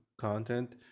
content